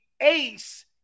ace